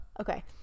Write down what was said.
Okay